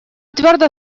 твердо